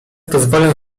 pozwolę